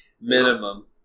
Minimum